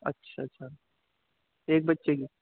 اچھا اچھا ایک بچے کی